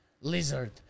lizard